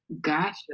Gotcha